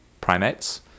primates